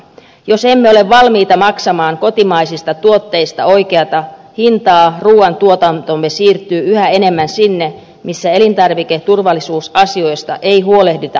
jos emme ole valmiita maksamaan kotimaisista tuotteista oikeata hintaa ruuantuotantomme siirtyy yhä enemmän sinne missä elintarviketurvallisuusasioista ei huolehdita maamme tavoin